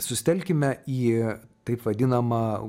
susitelkime į taip vadinamą